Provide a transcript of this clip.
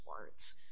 words